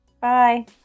bye